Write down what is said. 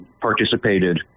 participated